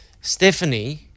Stephanie